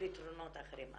פתרונות אחרים.